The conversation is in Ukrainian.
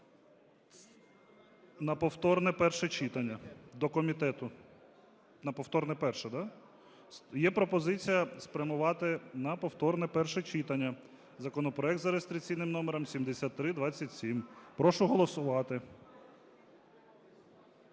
На повторне перше, да? Є пропозиція спрямувати на повторне перше читання законопроект за реєстраційним номером 7327. Прошу голосувати.